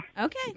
Okay